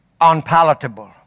unpalatable